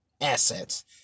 Assets